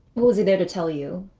what was he there to tell you?